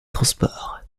transports